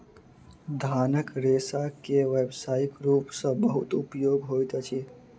धानक रेशा के व्यावसायिक रूप सॅ बहुत उपयोग होइत अछि